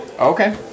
Okay